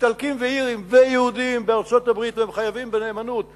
ואיטלקים ואירים ויהודים בארצות-הברית חייבים בנאמנות לארצות-הברית,